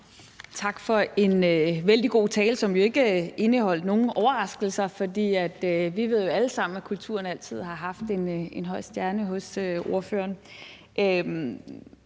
Tak for en vældig god tale, som jo ikke indeholdt nogen overraskelser, for vi ved alle sammen, at kulturen altid har haft en høj stjerne hos ordføreren.